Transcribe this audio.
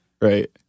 Right